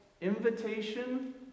invitation